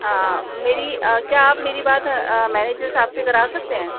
میری کیا آپ میری بات مینیجر صاحب سے کرا سکتے ہیں